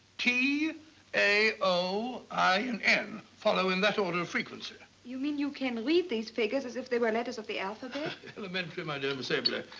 t a o i and n. follow in that order of frequency. you mean you can read these figures as if they were letters of the alphabet. elementary, my dear miss eberli.